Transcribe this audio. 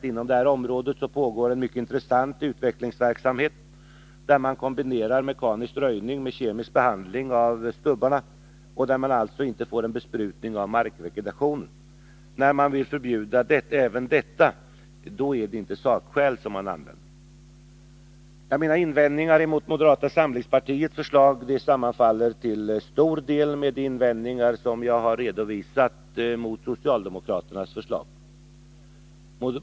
Inom detta område pågår en mycket intressant utvecklingsverksamhet, där man kombinerar mekanisk röjning med kemisk behandling av stubbarna och där man alltså inte får en besprutning av markvegetationen. När man vill förbjuda även detta, då är det inte sakskäl man använder. Mina invändningar mot moderata samlingspartiets förslag sammanfaller till stor del med de invändningar jag har redovisat mot socialdemokraternas förslag.